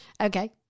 Okay